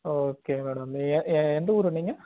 okay madam நீங்கள் எந்த ஊர் நீங்கள்